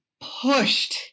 pushed